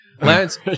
Lance